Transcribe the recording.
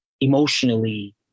emotionally